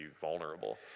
vulnerable